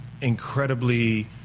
incredibly